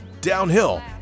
downhill